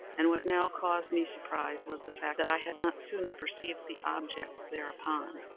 and what now caused me surprise was the fact that i had not sooner perceived the object thereupon.